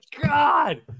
god